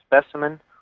specimen